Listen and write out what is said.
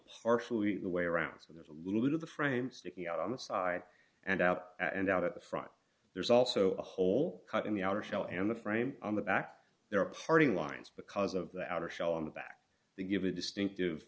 partially in the way around so there's a little bit of the frame sticking out on the side and out and out at the front there's also a hole cut in the outer shell and the frame on the back there are parting lines because of the outer shell on the back to give a distinctive